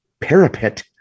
parapet